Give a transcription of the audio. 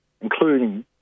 including